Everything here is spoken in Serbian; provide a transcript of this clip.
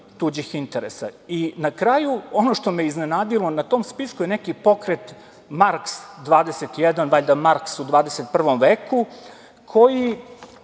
tuđih interesa. Na kraju, ono što me iznenadilo, na tom spisku je neki Pokret Marks21, valjda, Marks u 21. veku, koji